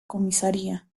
comisaría